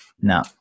No